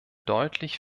deutlich